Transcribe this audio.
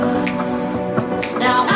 Now